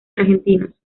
argentinos